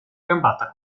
gambata